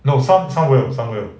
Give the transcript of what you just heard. no some some will some will